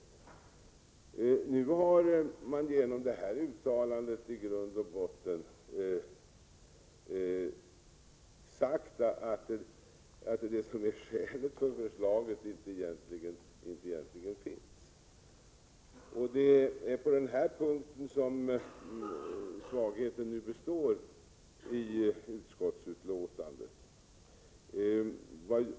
Nu har man genom detta uttalande i grund och botten sagt att det som är skälet för förslaget inte egentligen finns. Det är på den här punkten som svagheten nu består i utskottsbetänkandet.